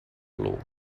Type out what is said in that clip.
plu